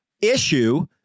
issue